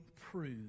prove